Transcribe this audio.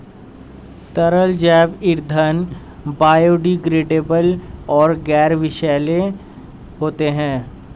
तरल जैव ईंधन बायोडिग्रेडेबल और गैर विषैले होते हैं